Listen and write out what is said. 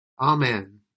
Amen